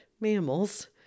mammals